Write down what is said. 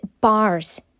bars